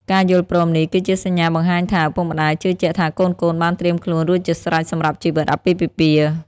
ការយល់ព្រមនេះគឺជាសញ្ញាបង្ហាញថា ឪពុកម្ដាយជឿជាក់ថាកូនៗបានត្រៀមខ្លួនរួចជាស្រេចសម្រាប់ជីវិតអាពាហ៍ពិពាហ៍។